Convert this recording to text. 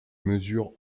mesurent